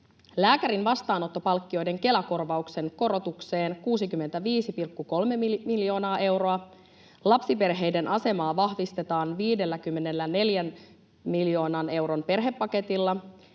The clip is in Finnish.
Lääkärin vastaanottopalkkioiden Kela-korvauksen korotukseen 65,3 miljoonaa euroa. Lapsiperheiden asemaa vahvistetaan 54 miljoonan euron perhepaketilla.